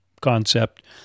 concept